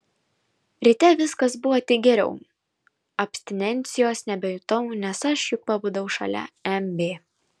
ryte viskas buvo tik geriau abstinencijos nebejutau nes aš juk pabudau šalia mb